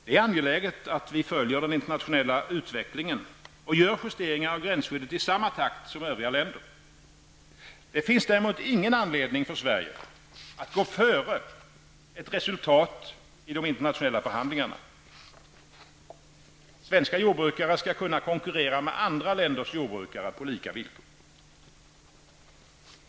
Det är angeläget att följa den internationella utvecklingen och göra justeringar av gränsskyddet i samma takt som i övriga länder. Det finns däremot ingen anledning för Sverige att gå före ett resultat i dessa internationella förhandlingar. Svenska jordbrukare skall kunna konkurrera med andra länders jordbrukare på lika villkor.